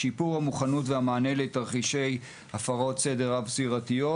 שיפור המוכנות והמענה לתרחישי הפרות סדר רב סביבתיות,